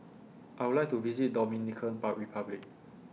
I Would like to visit Dominican Republic